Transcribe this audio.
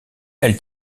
elle